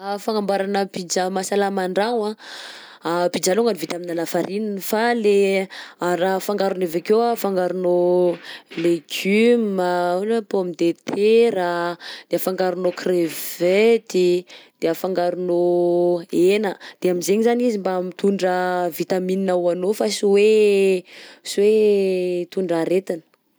Fagnamboarana pizza mahasalama an-dragno anh, pizza alongany vita aminà lafarinina fa lay araha fangarony avy akeo anh afangaronao legioma ohatra hoe pomme de terra, de afangarinao crevette, de afangaronao hena, de am'zaigny zany izy mba mitondra vitamine ho anao fa sy hoe sy hoe hitondra aretina.